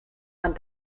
man